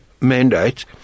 mandate